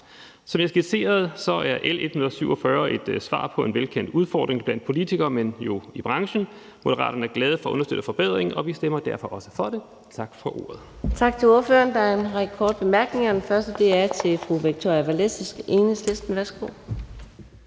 Som jeg har skitseret, er L 147 et svar på en velkendt udfordring blandt ikke blot politikere, men jo også i branchen. Moderaterne er glade for at understøtte forbedring, og vi stemmer derfor også for det. Tak for ordet.